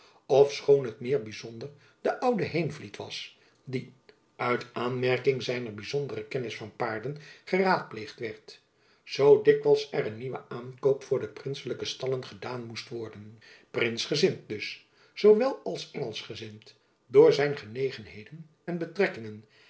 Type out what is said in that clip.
ofschoon het meer byzonder de oude heenvliet was die uit aanmerking zijner byzondere kennis van paarden geraadpleegd werd zoo dikwijls er een nieuwe aankoop voor de princelijke stallen gedaan moest worden prinsgezind dus zoo wel als engelsgezind door zijn genegenheden en betrekkingen